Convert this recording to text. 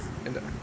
and uh